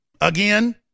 again